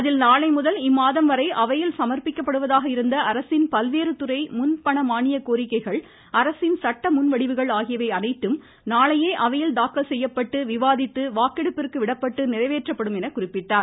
அதில் நாளைமுதல் இம்மாதம் வரை அவையில் சம்பிக்கப்படுவதாக இருந்த அரசின் பல்வேறு துறை முன் பண மானியக்கோரிக்கைகள் அரசின் சட்டமுன் வடிவுகள் ஆகியவை அனைத்தும் நாளையே அவையில் தாக்கல் செய்யப்பட்டு விவாதித்து வாக்கெடுப்பிற்கு விடப்பட்டு நிறைவேற்றப்படும் என அவர் குறிப்பிட்டார்